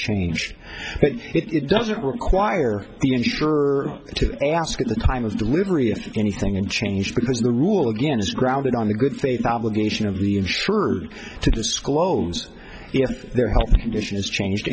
change but it doesn't require even sure to ask at the time of delivery if anything and changed because the rule again is grounded on the good faith obligation of the insured to disclose if their health condition is changed